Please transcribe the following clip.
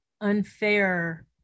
unfair